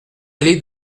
allée